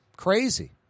Crazy